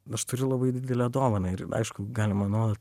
aš turiu labai didelę dovaną ir aišku galima nuolat